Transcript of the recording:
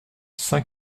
saint